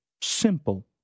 Simple